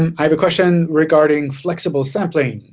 and have a question regarding flexible sampling.